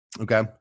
Okay